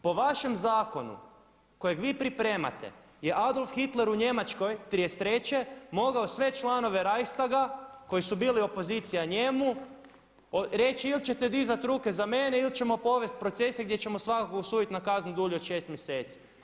Po vašem zakonu kojeg vi pripremate je Adolf Hitler u Njemačkoj '33. mogao sve članove Reichstaga koji su bili opozicija njemu reći ili ćete dizati ruke za mene ili ćemo povesti procese gdje ćemo svakog osuditi na kaznu dulju od 6 mjeseci.